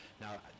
Now